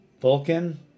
Vulcan